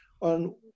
on